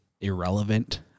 irrelevant